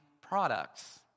products